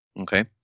Okay